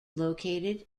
located